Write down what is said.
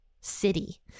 city